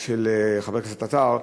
של חבר הכנסת עטר: